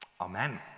Amen